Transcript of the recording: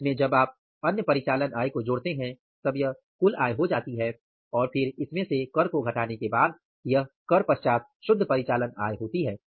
और इसमें जब आप अन्य परिचालन आय को जोड़ते हैं तब यह कुल आय हो जाती है और फिर इसमें से कर को घटाने के बाद यह कर पश्चात शुद्ध परिचालन आय होती है